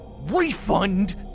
Refund